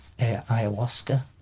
ayahuasca